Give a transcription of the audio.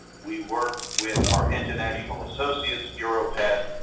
we work with our international associates, europad,